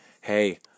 Hey